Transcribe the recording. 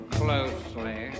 closely